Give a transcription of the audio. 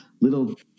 little